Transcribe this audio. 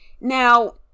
Now